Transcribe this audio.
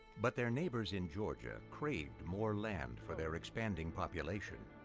but their neighbors in georgia craved more land for their expanding population.